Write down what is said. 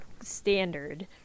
standard